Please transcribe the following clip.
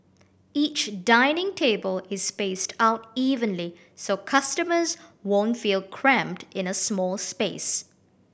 each dining table is spaced out evenly so customers won't feel cramped in a small space